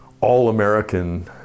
all-american